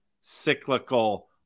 cyclical